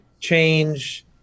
change